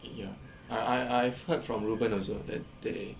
eh yeah I I I've heard from reuben also that day